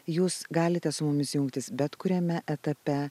jūs galite su mumis jungtis bet kuriame etape